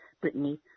Brittany